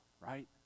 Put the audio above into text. right